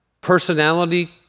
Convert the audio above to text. personality